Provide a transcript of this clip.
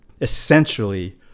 essentially